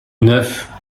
neuf